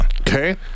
Okay